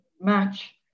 match